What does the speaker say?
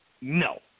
no